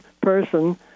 person